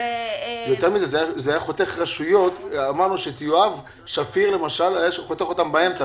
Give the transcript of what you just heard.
יותר מזה אמרנו שאת יואב ושפיר זה היה חותך באמצע.